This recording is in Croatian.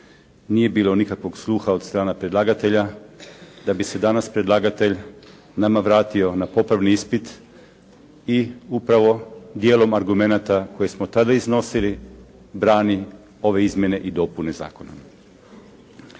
nije bilo nikakvog sluha od strane predlagatelja, da bi se danas predlagatelj nama vratio na popravni ispit i upravo djelom argumenata koje smo tada iznosili brani ove izmjene i dopune zakona.